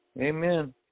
Amen